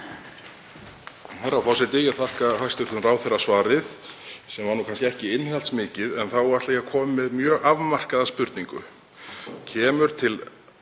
Herra forseti. Ég þakka hæstv. ráðherra svarið sem var nú kannski ekki innihaldsmikið. Þá ætla ég að koma með mjög afmarkaða spurningu: Kemur til